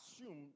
assume